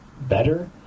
better